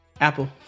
apple